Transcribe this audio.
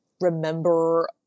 remember